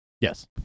Yes